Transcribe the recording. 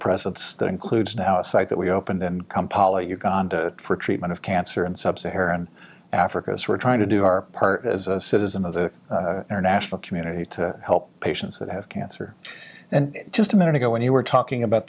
presence that includes now a site that we opened and kampala uganda for treatment of cancer in sub saharan africa so we're trying to do our part as a citizen of the international community to help patients that have cancer and just a minute ago when you were talking about